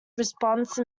response